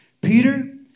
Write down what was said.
Peter